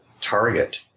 target